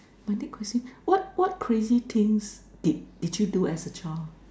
my next question what what crazy things did did you do as a child